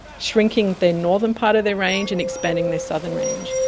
shrinking the northern part of their range and expanding their southern range.